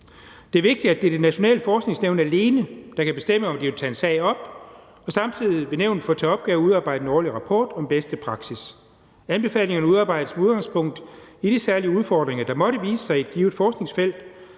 Det er vigtigt, at det er Det Nationale Forskningsnævn alene, der kan bestemme, om de vil tage en sag op, og samtidig vil nævnet få til opgave at udarbejde en årlig rapport om bedste praksis. Anbefalingerne udarbejdes med udgangspunkt i de særlige udfordringer, der måtte vise sig i et givet forskningsfelt,